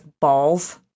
balls